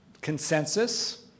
Consensus